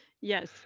Yes